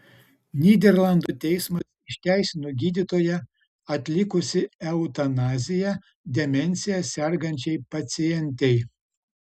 nyderlandų teismas išteisino gydytoją atlikusį eutanaziją demencija sergančiai pacientei